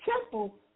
temple